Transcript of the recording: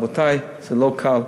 רבותי, זה לא קל.